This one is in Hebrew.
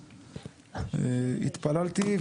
התפללתי,